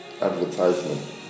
Advertisement